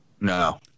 No